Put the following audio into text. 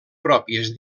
pròpies